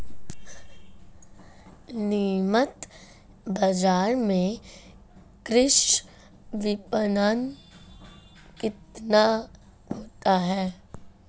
नियमित बाज़ार में कृषि विपणन कितना होता है?